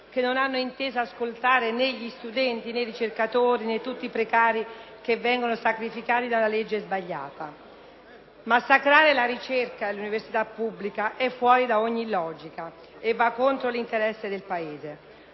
che non hanno inteso ascoltare ne´ gli studenti, ne´ i ricercatori, ne´ i precari, che vengono sacrificati da una legge sbagliata. Massacrare la ricerca e l’universitapubblica e fuori da ogni logica e va contro l’interesse del Paese.